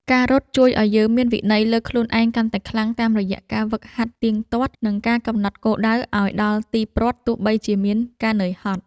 ការរត់ជួយឱ្យយើងមានវិន័យលើខ្លួនឯងកាន់តែខ្លាំង តាមរយៈការហ្វឹកហាត់ទៀងទាត់ និងការកំណត់គោលដៅឱ្យដល់ទីព្រ័ត្រទោះបីជាមានការនឿយហត់។